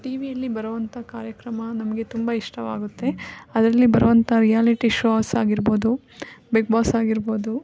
T ವಿಯಲ್ಲಿ ಬರುವಂಥ ಕಾರ್ಯಕ್ರಮ ನಮಗೆ ತುಂಬ ಇಷ್ಟವಾಗುತ್ತೆ ಅದರಲ್ಲಿ ಬರುವಂಥ ರಿಯಾಲಿಟಿ ಶೋಸ್ ಆಗಿರ್ಬೋದು ಬಿಗ್ ಬಾಸ್ ಆಗಿರ್ಬೋದು